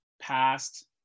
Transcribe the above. past